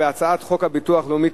בהצעת חוק הביטוח הלאומי,